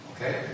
Okay